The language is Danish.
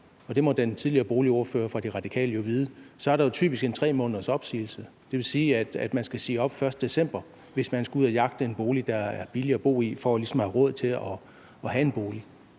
og det må den tidligere boligordfører fra De Radikale jo vide – er der typisk 3 måneders opsigelse. Det vil sige, at man skal opsige lejemålet den 1. december, hvis man skal ud at jagte en bolig, der er billigere at bo i, for ligesom at have råd til at have en bolig.